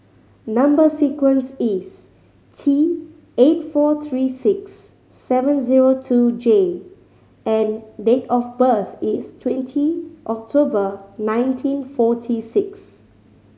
number sequence is T eight four three six seven zero two J and date of birth is twenty October nineteen forty six